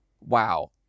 wow